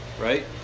right